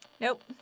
Nope